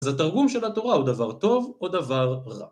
אז התרגום של התורה הוא דבר טוב או דבר רע?